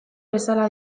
bezala